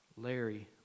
Larry